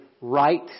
right